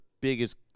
biggest